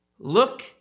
Look